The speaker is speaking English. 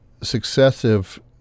successive